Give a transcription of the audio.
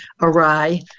awry